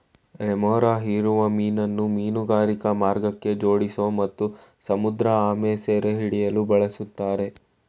remora ಹೀರುವ ಮೀನನ್ನು ಮೀನುಗಾರಿಕಾ ಮಾರ್ಗಕ್ಕೆ ಜೋಡಿಸೋ ಮತ್ತು ಸಮುದ್ರಆಮೆ ಸೆರೆಹಿಡಿಯಲು ಬಳುಸ್ತಾರೆ